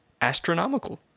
astronomical